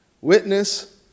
Witness